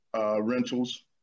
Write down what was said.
rentals